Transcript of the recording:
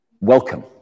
welcome